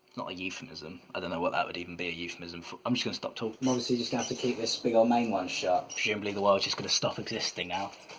not a euphemism. i don't know what that would even be a euphemism for i'm just gonna stop talk obviously just gonna have to keep this big ol' main one shut. presumably, the world's just gonna stop existing now.